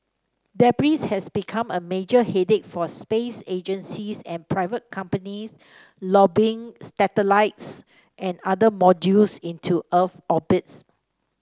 debris has become a major headache for space agencies and private companies lobbing satellites and other modules into Earth orbits